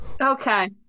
Okay